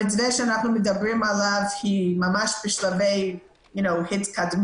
המתווה שאנחנו מדברים עליו הוא ממש בשלבי התקדמות,